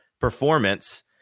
performance